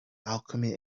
alchemy